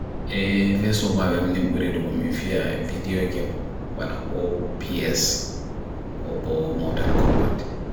Vesoba wem nimbure du komifia video igem wana ko PS ko bo Mortal Kombat.